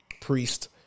priest